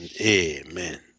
Amen